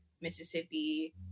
Mississippi